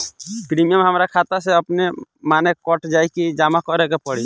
Premium हमरा खाता से अपने माने कट जाई की जमा करे के पड़ी?